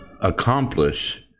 accomplish